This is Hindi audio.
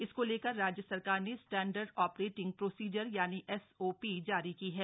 इसको लेकर राज्य सरकार ने स्टैंडर्ड ऑपरेटिंग प्रोसिजर यानि एस ओ पी जारी की है